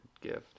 gift